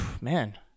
Man